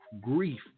grief